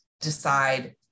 decide